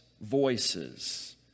voices